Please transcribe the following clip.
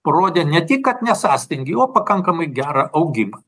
rodė ne tik kad ne sąstingį o pakankamai gerą augimą